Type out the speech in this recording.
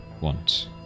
want